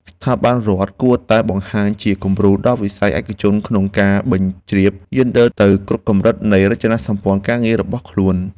ស្ថាប័នរដ្ឋគួរតែបង្ហាញជាគំរូដល់វិស័យឯកជនក្នុងការបញ្ជ្រាបយេនឌ័រទៅគ្រប់កម្រិតនៃរចនាសម្ព័ន្ធការងាររបស់ខ្លួន។